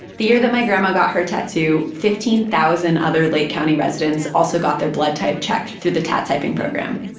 the year that my grandma got her tattoo, fifteen thousand other lake county residents also got their blood type checked through the tat-typing program,